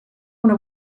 una